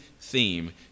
theme